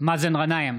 מאזן גנאים,